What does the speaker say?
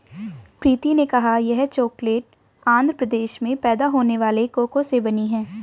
प्रीति ने कहा यह चॉकलेट आंध्र प्रदेश में पैदा होने वाले कोको से बनी है